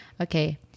Okay